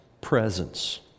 presence